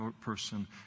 person